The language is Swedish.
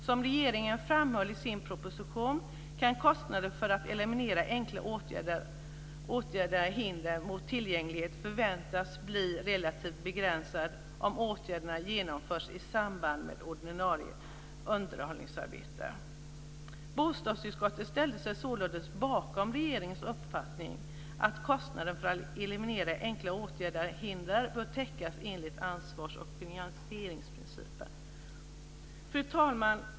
Som regeringen framhöll i sin proposition kan kostnaderna för att eliminera enkelt åtgärdade hinder mot tillgängligheten förväntas bli relativt begränsade om åtgärderna genomförs i samband med ordinarie underhållsarbete." Bostadsutskottet ställde sig således bakom regeringens uppfattning att kostnaderna för att eliminera enkelt åtgärdade hinder bör täckas enligt ansvars och finansieringsprincipen. Fru talman!